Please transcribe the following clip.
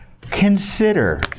Consider